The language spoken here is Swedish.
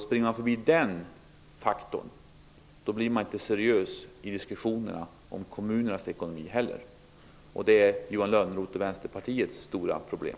Springer man förbi den faktorn blir man inte seriös i diskussionen om kommunernas ekonomi heller, och det är Johan Lönnroths och Vänsterpartiets stora problem.